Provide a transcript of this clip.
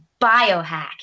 biohack